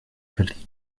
verliehen